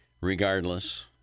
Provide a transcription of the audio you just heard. regardless